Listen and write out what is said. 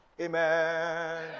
Amen